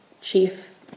chief